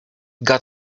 got